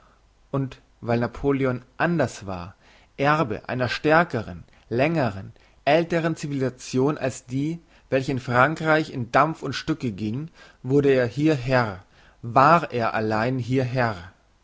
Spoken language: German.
und weil napoleon anders war erbe einer stärkeren längeren älteren civilisation als die welche in frankreich in dampf und stücke gieng wurde er hier herr war er allein hier